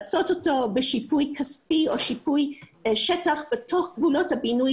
בשיפוי כספי או שיפוי בשטח בתוך גבולות הבינוי